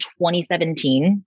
2017